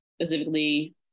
Specifically